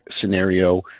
scenario